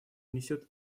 несет